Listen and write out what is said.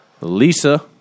Lisa